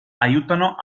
aiutano